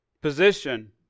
position